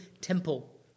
temple